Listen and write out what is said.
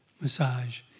massage